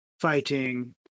fighting